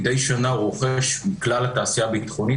מדי שנה הוא רוכש מכלל התעשייה הביטחונית